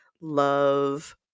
Love